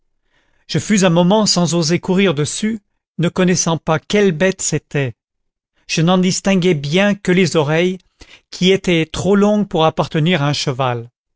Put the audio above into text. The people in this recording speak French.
je fus un moment sans oser courir dessus ne connaissant pas quelle bête c'était je n'en distinguais bien que les oreilles qui étaient trop longues pour appartenir à un cheval